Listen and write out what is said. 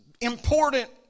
important